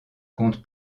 compte